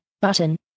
button